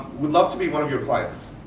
we'd love to be one of your clients,